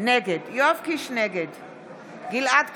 נגד גלעד קריב,